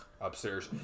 Upstairs